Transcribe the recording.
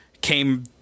came